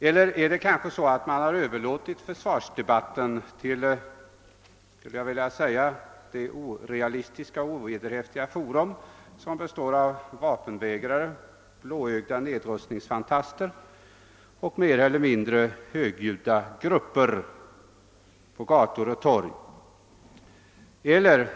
Har man kanske överlåtit försvarsdebatten åt det orealistiska och ovederhäftiga forum som består av vapenvägrare, blåögda nedrustningsfantaster och mer eller mindre högljudda grupper på gator och torg?